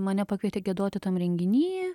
mane pakvietė giedoti tam renginy